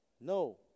No